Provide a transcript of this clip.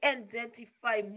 identify